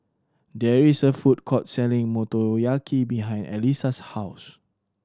there is a food court selling Motoyaki behind Elisa's house